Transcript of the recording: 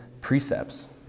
precepts